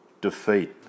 defeat